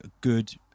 good